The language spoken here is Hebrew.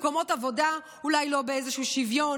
עבודה אולי לא באיזשהו שוויון.